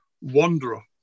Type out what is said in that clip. Wanderer